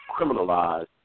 criminalized